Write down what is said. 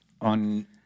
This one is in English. on